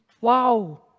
Wow